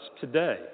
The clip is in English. today